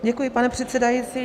Děkuji, pane předsedající.